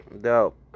Dope